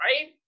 right